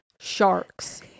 sharks